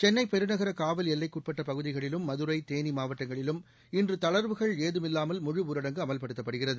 சென்னைப் பெருநகர காவல் எல்லைக்குட்பட்ட பகுதிகளிலும் மதுரை தேனி மாவட்டங்களிலும் இன்று தளர்வுகள் ஏதுமில்லாமல் முழுஊரடங்கு அமல்படுத்தப்படுகிறது